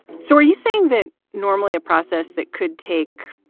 so are you saying that normally a process that could take,